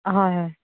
হয় হয়